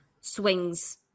swings